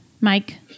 Mike